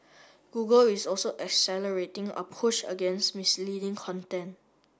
Google is also accelerating a push against misleading content